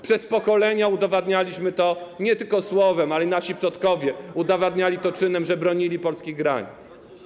Przez pokolenia udowadnialiśmy to nie tylko słowem, nasi przodkowie udowadniali to czynem, bronili polskich granic.